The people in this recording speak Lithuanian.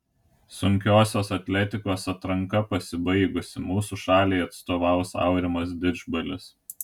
sunkiosios atletikos atranka pasibaigusi mūsų šaliai atstovaus aurimas didžbalis